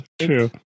true